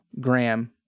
Graham